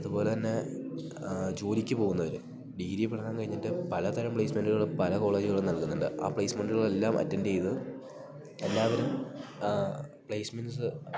അതുപോലെത്തന്നെ ജോലിക്ക് പോകുന്നവർ ഡിഗ്രി പഠനം കഴിഞ്ഞിട്ട് പലതരം പ്ലേസ്മെൻറ്റ്കളും പല കോളേജ്കളും നൽകുന്നുണ്ട് ആ പ്ലേസ്മെൻറ്റുകളെല്ലാം അറ്റൻറ്റ് ചെയ്ത് എല്ലാവരും പ്ലേസ്മെൻറ്റ്സ്സ്